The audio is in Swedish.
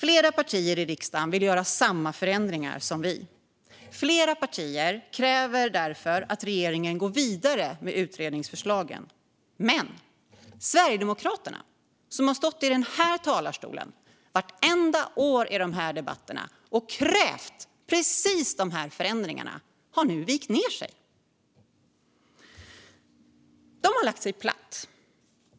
Flera partier i riksdagen vill göra samma förändringar som vi vill. Flera partier kräver därför att regeringen går vidare med utredningsförslagen, men Sverigedemokraterna, som varje år har stått i den här talarstolen och i debatterna krävt precis de förändringarna, har nu vikit ned sig. Partiet har lagt sig platt.